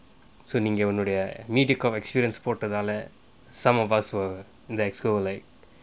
நீங்க உன்னுடைய:ninka unnudaiya Mediacorp experience போட்டதால:pottathala some of us were the executive committee like